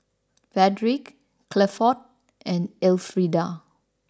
Fredrick Clifford and Elfrieda